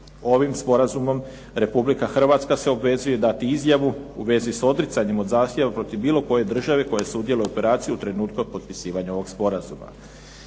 Ovim sporazumom Republika Hrvatska se obvezuje dati izjavu u svezi sa odricanjem od zahtjeva protiv bilo koje države koja sudjeluje u operaciji u trenutku potpisivanja ovoga sporazuma.